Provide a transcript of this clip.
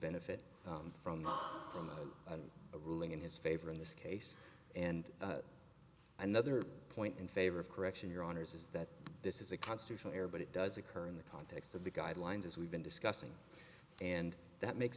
benefit from not from a and a ruling in his favor in this case and another point in favor of correction your honour's is that this is a constitutional error but it does occur in the context of the guidelines as we've been discussing and that makes